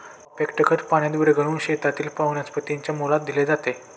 phosphate खत पाण्यात विरघळवून शेतातील वनस्पतीच्या मुळास दिले जाते